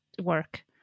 work